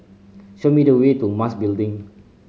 show me the way to Mas Building